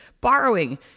borrowing